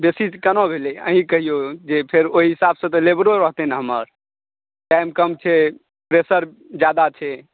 बेसी केना भेलै अहींँ कहियौ जे फेर ओहि हिसाबसँ तऽ लेबरो रहतै ने हमर टाइम कम छै प्रेशर जादा छै